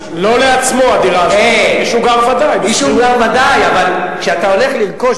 לא לעצמו הדירה, מישהו גר בוודאי, בשכירות.